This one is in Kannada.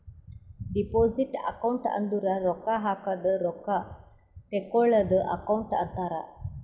ಡಿಪೋಸಿಟ್ ಅಕೌಂಟ್ ಅಂದುರ್ ರೊಕ್ಕಾ ಹಾಕದ್ ರೊಕ್ಕಾ ತೇಕ್ಕೋಳದ್ ಅಕೌಂಟ್ ಅಂತಾರ್